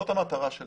זאת המטרה שלנו.